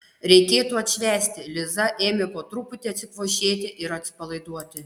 reikėtų atšvęsti liza ėmė po truputį atsikvošėti ir atsipalaiduoti